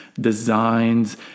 designs